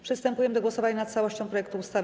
Przystępujemy do głosowania nad całością projektu ustawy.